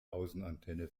außenantenne